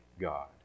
god